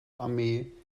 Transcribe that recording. armee